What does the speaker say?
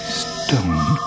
stone